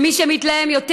ומי שמתלהם יותר,